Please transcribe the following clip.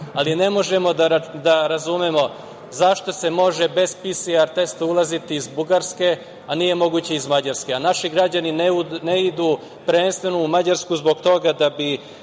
ali ne možemo da razumemo zašto se može bez PCR testa ulaziti iz Bugarske, a nije moguće iz Mađarske, a naši građani ne idu prvenstveno u Mađarsku zbog toga da bi